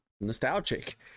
nostalgic